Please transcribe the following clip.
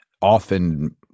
often